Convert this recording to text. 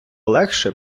легше